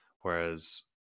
Whereas